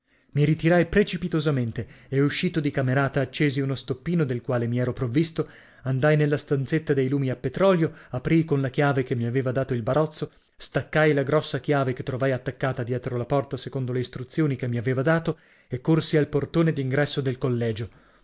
i ritirai precipitosamente e uscito di camerata accesi uno stoppino del quale mi ero provvisto andai nella stanzetta dei lumi a petrolio aprii con la chiave che mi aveva dato il barozzo staccai la grossa chiave che trovai attaccata dietro la porta secondo le istruzioni che mi aveva dato e corsi al portone d'ingresso del collegio